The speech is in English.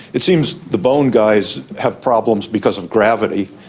it seems the bone guys have problems because of gravity,